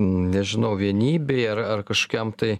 nežinau vienybei ar ar kažkokiam tai